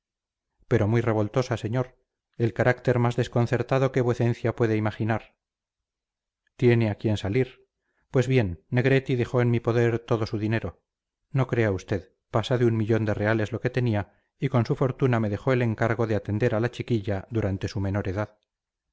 pero muy revoltosa señor el carácter más desconcertado que vuecencia puede imaginar tiene a quien salir pues bien negretti dejó en mi poder todo su dinero no crea usted pasa de un millón de reales lo que tenía y con su fortuna me dejó el encargo de atender a la chiquilla durante su menor edad